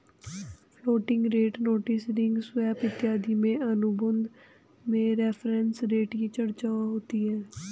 floating rate notes रिंग swap इत्यादि के अनुबंध में रेफरेंस रेट की चर्चा होती है